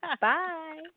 Bye